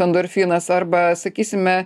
endorfinas arba sakysime